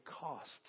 costs